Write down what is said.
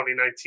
2019